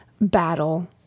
battle